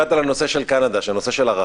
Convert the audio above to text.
הנושא של ערכים.